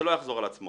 זה לא יחזור על עצמו.